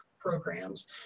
programs